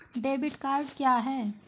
Debit card क्या है?